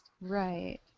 Right